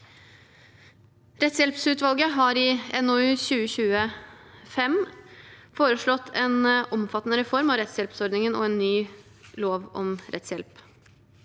Rettshjelpsutvalget har i NOU 2020: 5 foreslått en omfattende reform av rettshjelpsordningen og en ny lov om rettshjelp.